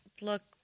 look